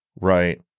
right